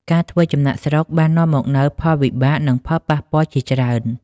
ការធ្វើចំណាកស្រុកបាននាំមកនូវផលវិបាកនិងផលប៉ះពាល់ជាច្រើន។